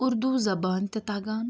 اُردو زبان تہِ تَگان